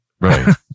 right